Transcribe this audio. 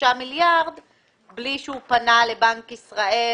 שלושה מיליארד שקלים בלי שהוא פנה לבנק ישראל.